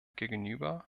gegenüber